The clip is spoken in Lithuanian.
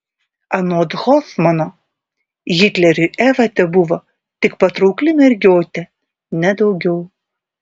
anot hofmano hitleriui eva tebuvo tik patraukli mergiotė ne daugiau